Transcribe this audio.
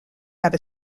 have